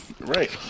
Right